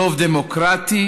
ברוב דמוקרטי,